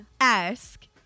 Ask